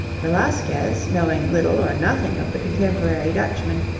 velasquez, knowing little or nothing of the contemporary dutchmen,